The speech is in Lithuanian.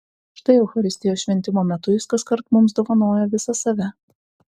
štai eucharistijos šventimo metu jis kaskart mums dovanoja visą save